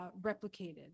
replicated